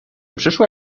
przyszła